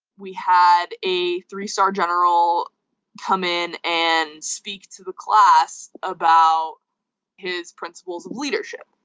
we had a three star general come in and speak to the class about his principles of leadership.